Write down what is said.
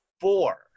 four